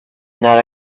not